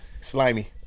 Slimy